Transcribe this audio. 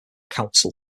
council